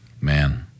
Man